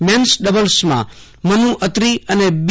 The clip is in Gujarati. મેન્સ ડબલ્સમાં મનુ અત્રી અને બી